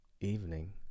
evening